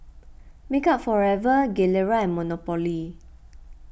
Makeup Forever Gilera and Monopoly